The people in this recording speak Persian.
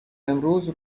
امروز